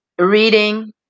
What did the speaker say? reading